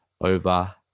over